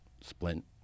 splint